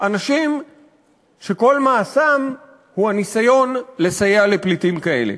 אנשים שכל מעשם הוא ניסיון לסייע לפליטים כאלה?